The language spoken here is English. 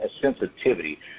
sensitivity